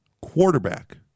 quarterback